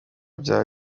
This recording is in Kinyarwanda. bya